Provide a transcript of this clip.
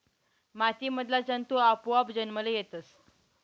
माती मधला जंतु आपोआप जन्मले येतस